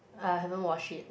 I haven't watch it